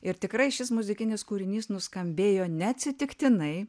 ir tikrai šis muzikinis kūrinys nuskambėjo neatsitiktinai